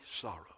sorrow